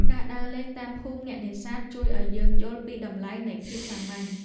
ការដើរលេងតាមភូមិអ្នកនេសាទ ជួយឱ្យយើងយល់ពីតម្លៃនៃភាពសាមញ្ញ។